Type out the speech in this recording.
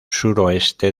suroeste